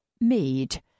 Mead